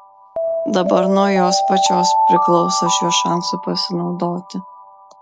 dabar nuo jos pačios priklauso šiuo šansu pasinaudoti